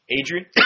Adrian